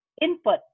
input